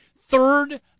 third